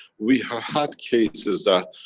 we have had cases that,